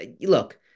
look